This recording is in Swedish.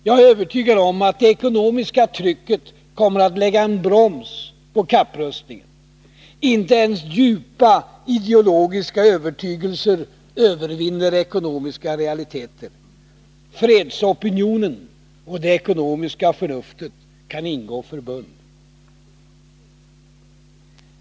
Jag är övertygad om att det ekonomiska trycket kommer att lägga en broms på kapprustningen. Inte ens djupa ideologiska övertygelser övervinner ekonomiska realiteter. Fredsopinionen och det ekonomiska förnuftet kan ingå förbund.